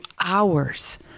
hours